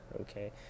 Okay